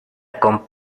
con